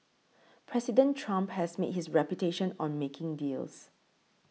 President Trump has made his reputation on making deals